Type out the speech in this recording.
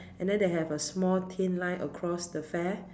and then they have a small thin line across the fair